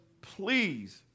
please